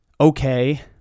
okay